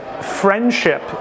friendship